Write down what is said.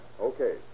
Okay